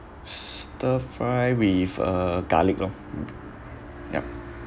stir fry with uh garlic lor mm yup